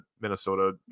Minnesota